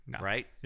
right